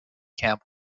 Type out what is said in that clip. camp